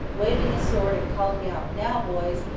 waving his sword and calling out, now, boys!